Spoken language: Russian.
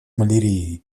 малярией